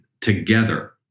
together